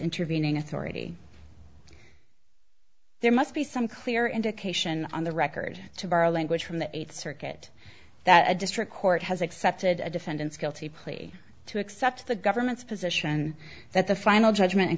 intervening authority there must be some clear indication on the record to bar language from the eighth circuit that a district court has accepted a defendant's guilty plea to accept the government's position that the final judgment and